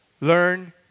learn